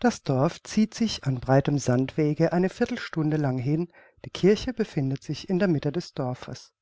das dorf zieht sich an breitem sandwege eine viertelstunde lang hin die kirche befindet sich in der mitte des dorfes